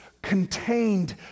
contained